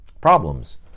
problems